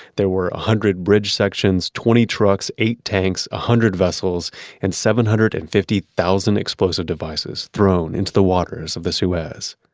there were a hundred bridge sections, twenty trucks, eight tanks, a hundred vessels and seven hundred and fifty thousand explosive devices thrown into the waters of the suez.